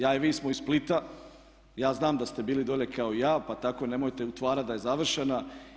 Ja i vi smo iz Splita, ja znam da ste bili dolje kao i ja pa tako nemojte utvarati da je završena.